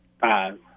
five